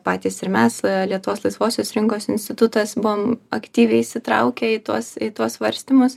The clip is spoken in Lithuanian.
patys ir mes lietuvos laisvosios rinkos institutas buvom aktyviai įsitraukę į tuos tuos svarstymus